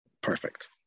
perfect